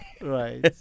Right